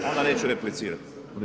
Onda neću replicirati.